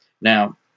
Now